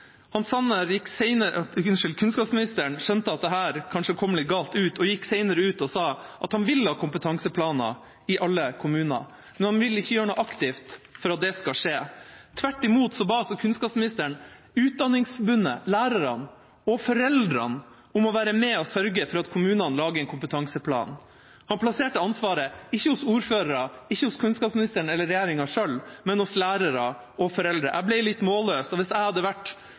Han hadde heller ikke en plan for å skaffe seg en sånn oversikt. Kunnskapsministeren skjønte at dette kanskje kom litt galt ut, og gikk senere ut og sa at han ville ha kompetanseplaner i alle kommuner. Men han ville ikke gjøre noe aktivt for at det skulle skje. Tvert imot ba kunnskapsministeren Utdanningsforbundet, lærerne og foreldrene om å være med og sørge for at kommunene laget en kompetanseplan. Han plasserte ikke ansvaret hos ordførerne, kunnskapsministeren eller regjeringa sjøl, men hos lærere og foreldre. Jeg ble litt